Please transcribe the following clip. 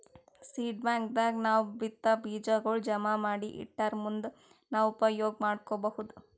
seed bank ದಾಗ್ ನಾವ್ ಬಿತ್ತಾ ಬೀಜಾಗೋಳ್ ಜಮಾ ಮಾಡಿ ಇಟ್ಟರ್ ಮುಂದ್ ನಾವ್ ಉಪಯೋಗ್ ಮಾಡ್ಕೊಬಹುದ್